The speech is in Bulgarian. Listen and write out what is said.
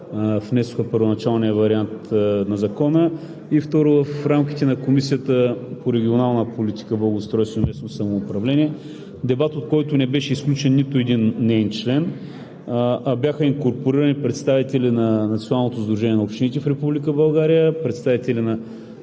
внесоха първоначалния вариант на Закона, и, второ, в рамките на Комисията по регионална политика, благоустройство и местно самоуправление. Дебат, от който не беше изключен нито един неин член, а бяха инкорпорирани представители на Националното сдружение на общините в